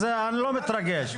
אז אני לא מתרגש.